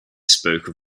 spoke